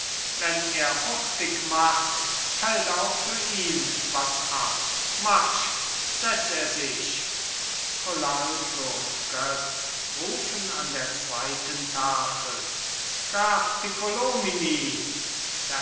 wenn er hurtig macht fällt auch für ihn was ab marsch setz er sich colalto und götz rufen an der zweiten tafel graf